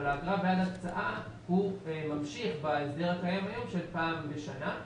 אבל האגרה בעד הקצאה היא ממשיכה בהסדר הקיים היום של פעם שנה.